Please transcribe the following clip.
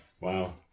Wow